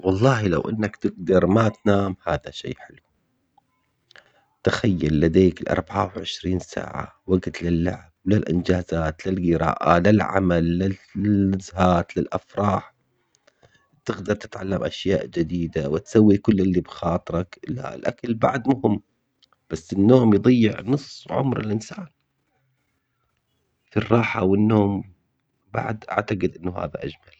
والله لو انك تقدر ما تنام هادا شي حلو. تخيل لديك الاربعة وعشرين ساعة وقت للعب للانجازات للقراءة للعمل للافراح. بتقدر تتعلم اشياء جديدة وتسوي كل اللي بخاطرك لا الاكل بعد ما هو بس النوم يضيع نص عمر الانسان. في الراحة والنوم بعد اعتقد انه هذا اجمل